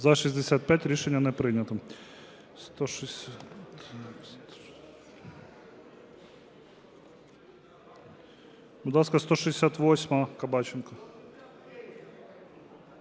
За-65 Рішення не прийнято. Будь ласка, 168-а, Кабаченко.